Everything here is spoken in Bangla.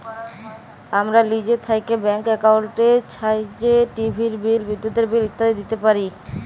আমরা লিজে থ্যাইকে ব্যাংক একাউল্টের ছাহাইয্যে টিভির বিল, বিদ্যুতের বিল ইত্যাদি দিইতে পারি